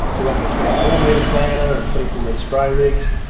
so we went to a twenty four metre planter and twenty four metre spray rigs.